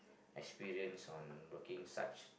experience on working such